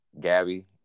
Gabby